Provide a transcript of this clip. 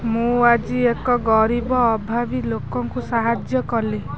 ମୁଁ ଆଜି ଏକ ଗରିବ ଅଭାବୀ ଲୋକଙ୍କୁ ସାହାଯ୍ୟ କଲି